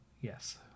Yes